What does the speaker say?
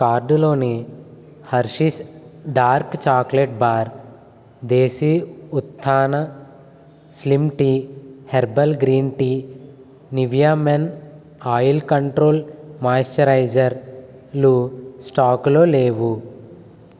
కార్డులోని Hershey's dark chocolate bar Desi Utthana slim tea herbal green tea Nivea Men oil control మాయిశ్చరైజర్లు స్టాకులో లేవు